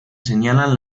señalan